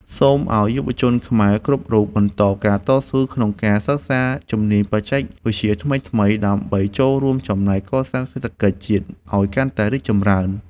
សូមឱ្យយុវជនខ្មែរគ្រប់រូបបន្តការតស៊ូក្នុងការសិក្សាជំនាញបច្ចេកវិទ្យាថ្មីៗ ដើម្បីចូលរួមចំណែកកសាងសេដ្ឋកិច្ចជាតិឱ្យកាន់តែរីកចម្រើន។